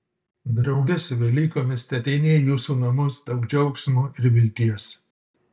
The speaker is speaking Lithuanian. drauge su velykomis teateinie į jūsų namus daug džiaugsmo ir vilties